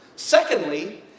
Secondly